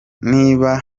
niba